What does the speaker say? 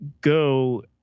go